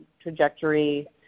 trajectory